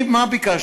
אני, מה ביקשתי?